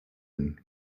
and